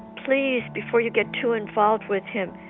please before you get too involved with him,